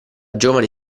giovane